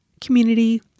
community